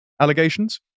allegations